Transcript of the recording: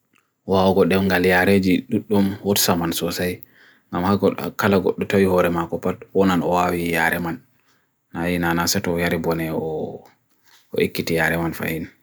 Oaw ko dem galiaarej jyut dum hootsamansosay Nama ka kalakor duto yuhore maa kopat onan oaw yihare man Na ii nanaseto yari bone o ekki tiyare man fae'en